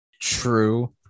True